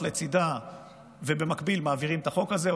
לצידה ובמקביל מעבירים את החוק הזה,